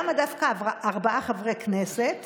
למה דווקא ארבעה חברי כנסת